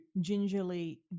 gingerly